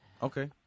Okay